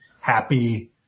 happy